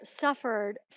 suffered